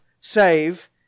save